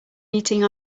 eating